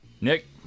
Nick